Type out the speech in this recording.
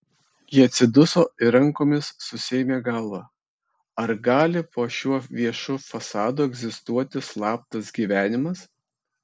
ji atsiduso ir rankomis susiėmė galvą ar gali po šiuo viešu fasadu egzistuoti slaptas gyvenimas